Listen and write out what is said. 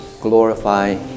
glorify